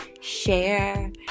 share